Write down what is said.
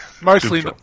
Mostly